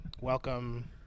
welcome